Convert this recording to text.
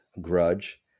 grudge